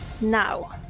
now